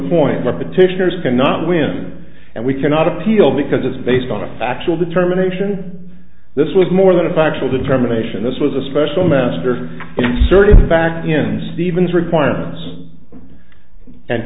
point where petitioners cannot win and we cannot appeal because it's based on a factual determination this was more than a factual determination this was a special master inserted fact in stephen's requirements and